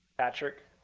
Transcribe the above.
patrick,